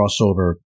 crossover